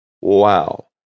Wow